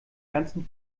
ganzen